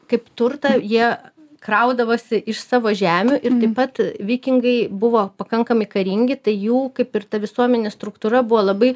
kaip turtą jie kraudavosi iš savo žemių ir taip pat vikingai buvo pakankamai karingi tai jų kaip ir ta visuomenės struktūra buvo labai